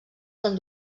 són